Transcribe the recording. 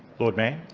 lord mayor